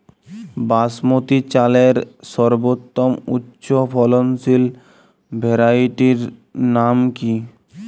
বাসমতী চালের সর্বোত্তম উচ্চ ফলনশীল ভ্যারাইটির নাম কি?